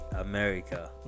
America